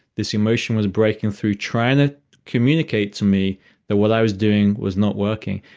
this emotion was breaking through trying to communicate to me that what i was doing was not working.